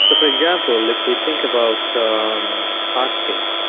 so for example, if we think about um fasting,